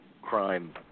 crime